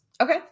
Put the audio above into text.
Okay